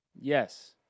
Yes